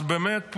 אז באמת,